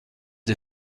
des